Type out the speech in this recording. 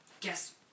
guess